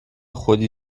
خودی